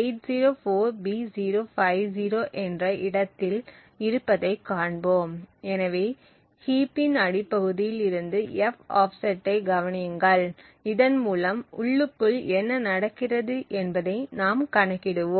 804b050 என்ற இடத்தில் இருப்பதைக் காண்போம் எனவே ஹீப்பின் அடிப்பகுதியில் இருந்து f ஆஃப்செட்டைக் கவனியுங்கள் இதன் மூலம் உள்ளுக்குள் என்ன நடக்கிறது என்பதை நாம் கணக்கிடுவோம்